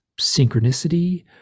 synchronicity